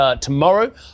tomorrow